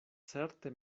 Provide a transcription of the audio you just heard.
certe